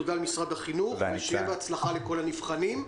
תודה למשרד החינוך ושיהיה בהצלחה לכל הנבחנים.